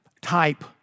type